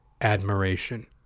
admiration